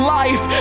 life